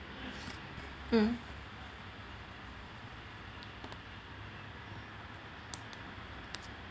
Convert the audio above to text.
mm